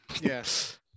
Yes